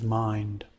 mind